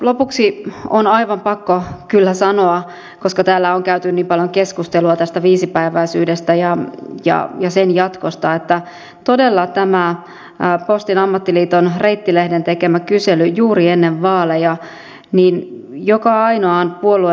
lopuksi on aivan pakko kyllä sanoa koska täällä on käyty niin paljon keskustelua tästä viisipäiväisyydestä ja sen jatkosta tästä postin ammattiliiton reitti lehden tekemästä kyselystä juuri ennen vaaleja